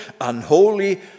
unholy